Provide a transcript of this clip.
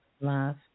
love